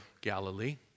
Galilee